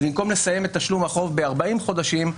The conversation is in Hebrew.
אז במקום לסיים את תשלום החוב ב-40 חודשים,